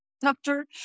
doctor